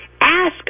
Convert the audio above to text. Ask